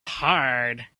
hard